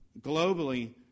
Globally